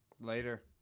Later